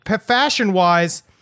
fashion-wise